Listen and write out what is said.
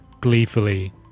gleefully